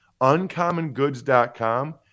UncommonGoods.com